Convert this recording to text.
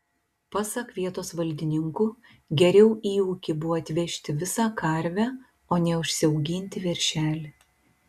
pasak vietos valdininkų geriau į ūkį buvo atvežti visą karvę o ne užsiauginti veršelį